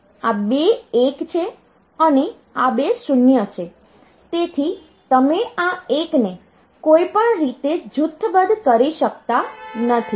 તેથી આ બે 1 છે અને આ બે 0 છે તેથી તમે આ 1 ને કોઈપણ રીતે જૂથબદ્ધ કરી શકતા નથી